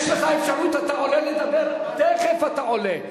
יש לך אפשרות, אתה עולה לדבר, תיכף אתה עולה.